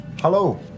Hello